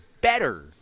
better